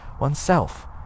oneself